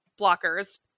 blockers